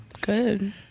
Good